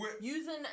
Using